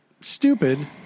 stupid